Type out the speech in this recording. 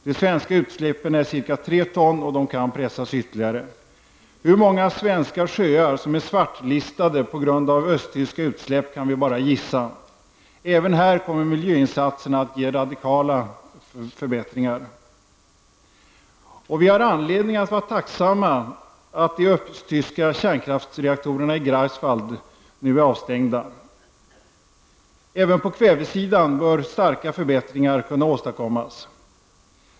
De svenska utsläppen uppgår till ca 3 ton och kan pressas ned ytterligare. Hur många svenska sjöar som är svartlistade på grund av östtyska utsläpp kan vi bara gissa. Även här kommer miljöinsatserna att ge radikala förbättringar. Och vi har anledning att vara tacksamma att de östtyska kärnkraftsreaktorerna i Greifswald nu är avstängda. Även på kvävesidan bör starka förbättringar kunna åstadkommas.